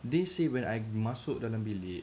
they say when I masuk dalam bilik